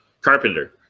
carpenter